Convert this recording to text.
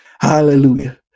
Hallelujah